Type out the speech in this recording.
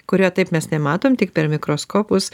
kurio taip mes nematom tik per mikroskopus